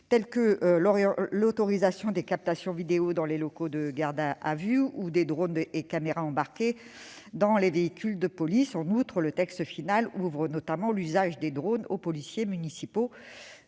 particulier l'autorisation des captations vidéo dans les locaux de garde à vue ou des drones et caméras embarqués dans les véhicules de police. Le texte final ouvre également l'usage des drones aux policiers municipaux,